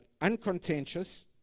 uncontentious